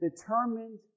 determined